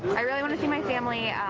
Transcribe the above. i really want to see my family.